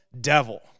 devil